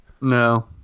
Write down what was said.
No